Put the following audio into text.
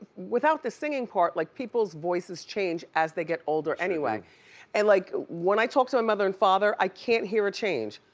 without the singing part, like people's voices change as they get older anyway and like when when i talk to my mother and father i can't hear a change.